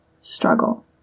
struggle